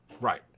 Right